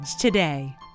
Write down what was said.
today